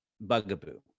bugaboo